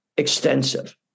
extensive